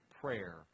prayer